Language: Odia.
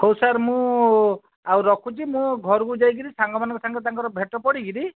ହଉ ସାର୍ ମୁଁ ଆଉ ରଖୁଛି ମୁଁ ଘରକୁ ଯାଇକି ସାଙ୍ଗମାନଙ୍କ ସାଙ୍ଗରେ ତାଙ୍କର ଭେଟ କରିକିରି